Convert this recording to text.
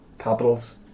Capitals